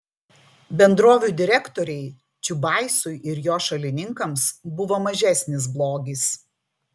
bendrovių direktoriai čiubaisui ir jo šalininkams buvo mažesnis blogis